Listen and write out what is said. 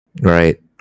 Right